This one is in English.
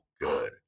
good